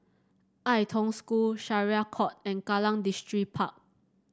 Ai Tong School Syariah Court and Kallang Distripark